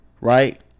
right